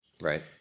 Right